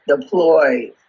deploy